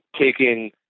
taking